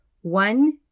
One